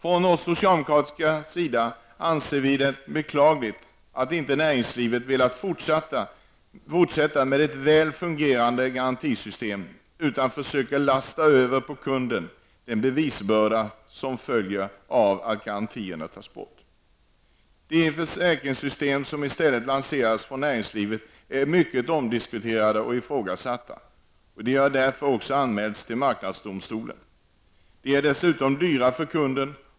Från socialdemokratiskt håll anser vi det beklagligt att inte näringslivet velat fortsätta med ett väl fungerande garantisystem utan försöker lasta över på kunden den bevisbörda som följer av att garantierna tas bort. De försäkringssystem som i stället lanserats från näringslivet är mycket omdiskuterade och ifrågasatta, och de har därför också anmälts till marknadsdomstolen. De är dessutom dyra för kunden.